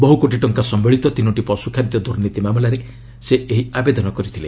ବହୁକୋଟି ଟଙ୍କା ସମ୍ଭଳିତ ତିନୋଟି ପଶୁ ଖାଦ୍ୟ ଦୁର୍ନୀତି ମାମଲାରେ ସେ ଏହି ଆବେଦନ କରିଥିଲେ